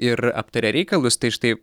ir aptarė reikalus tai štai